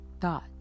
thought